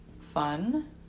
fun